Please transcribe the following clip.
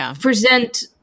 present